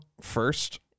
first